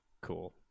cool